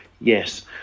yes